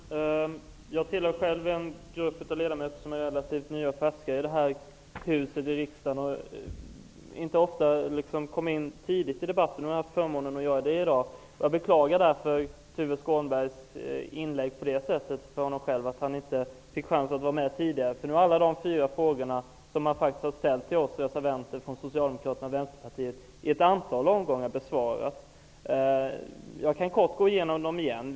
Herr talman! Jag tillhör själv en grupp ledamöter som är relativt nya och färska i det här huset och inte ofta kommer in tidigt i debatten, vilket jag i dag har haft förmånen att göra. Jag beklagar därför för Tuve Skånbergs del att han inte fick chansen att vara med tidigare. Nu har alla de fyra frågor som han faktiskt har ställt till oss reservanter från Socialdemokraterna och Vänsterpartiet i ett antal omgångar besvarats. Jag kan kort gå igenom dem igen.